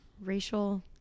racial